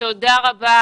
תודה רבה.